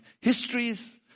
histories